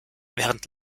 während